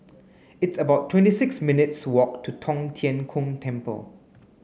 it's about twenty six minutes walk to Tong Tien Kung Temple